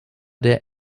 der